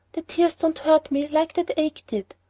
the tears don't hurt me like that ache did.